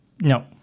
No